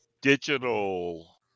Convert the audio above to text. digital